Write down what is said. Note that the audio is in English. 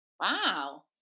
Wow